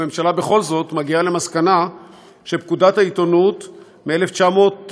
הממשלה בכל זאת מגיעה למסקנה שפקודת העיתונות מ-1933,